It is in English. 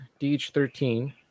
DH13